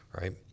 right